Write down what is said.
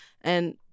and-